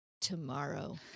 tomorrow